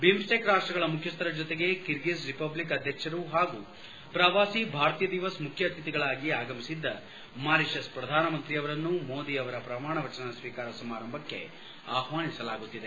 ಬಿಮ್ ಸ್ಲೆಕ್ ರಾಷ್ಟಗಳ ಮುಖ್ಯಸ್ಹರ ಜೊತೆಗೆ ಕಿರ್ಗಿಜ್ ರಿಪಬ್ಲಿಕ್ ಅಧ್ಯಕ್ಷರು ಹಾಗೂ ಪ್ರವಾಸಿ ಭಾರತೀಯ ದಿವಸ್ ಮುಖ್ಯ ಅತಿಥಿಗಳಾಗಿ ಆಗಮಿಸಿದ್ದ ಮಾರಿಷಸ್ ಪ್ರಧಾನ ಮಂತ್ರಿ ಅವರನ್ನು ಮೋದಿ ಅವರ ಪ್ರಮಾಣ ವಚನ ಸ್ವೀಕಾರ ಸಮಾರಂಭಕ್ಕೆ ಆಹ್ವಾನಿಸಲಾಗುತ್ತಿದೆ